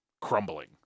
crumbling